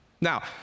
Now